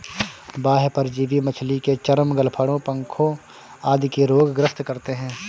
बाह्य परजीवी मछली के चर्म, गलफडों, पंखों आदि के रोग ग्रस्त करते है